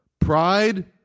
Pride